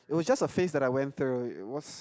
it was just a phase that I went through it was